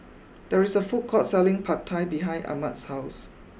there is a food court selling Pad Thai behind Ahmed's house